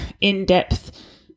in-depth